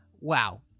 wow